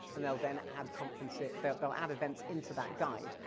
and they'll then add conferences, they'll they'll add events into that guide.